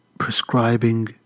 Prescribing